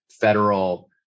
federal